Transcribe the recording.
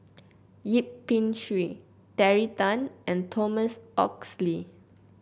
Yip Pin Xiu Terry Tan and Thomas Oxley